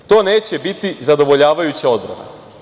To neće biti zadovoljavajuća odbrana"